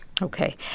Okay